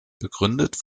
begründet